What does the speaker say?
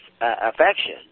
affection